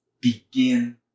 begin